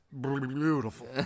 beautiful